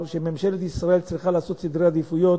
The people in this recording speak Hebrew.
שממשלת ישראל צריכה לעשות סדרי עדיפויות,